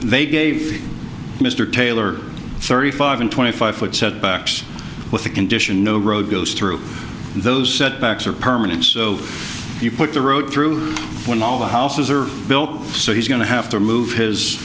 they gave mr taylor thirty five and twenty five foot setbacks with the condition no road goes through those setbacks are permanent so you put the road through when all the houses are built so he's going to have to move his